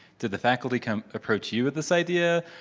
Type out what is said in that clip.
did the faculty come approach you with this idea?